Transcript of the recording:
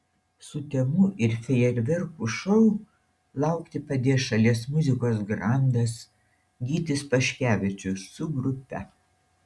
sutemų ir fejerverkų šou laukti padės šalies muzikos grandas gytis paškevičius su grupe